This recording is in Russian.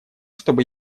чтобы